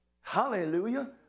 Hallelujah